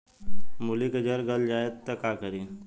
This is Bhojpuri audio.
मूली के जर गल जाए त का करी?